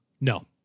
No